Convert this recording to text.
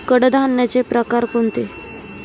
कडधान्याचे प्रकार कोणते?